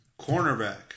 cornerback